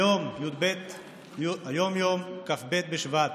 היום, יום כ"ב בשבט,